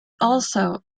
also